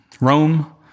Rome